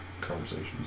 conversations